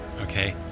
okay